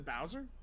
Bowser